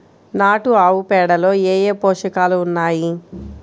నాటు ఆవుపేడలో ఏ ఏ పోషకాలు ఉన్నాయి?